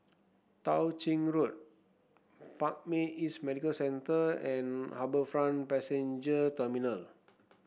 Tao Ching Road Parkway East Medical Centre and HarbourFront Passenger Terminal